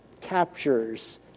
captures